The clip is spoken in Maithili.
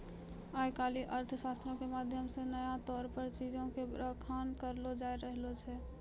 आइ काल्हि अर्थशास्त्रो के माध्यम से नया तौर पे चीजो के बखान करलो जाय रहलो छै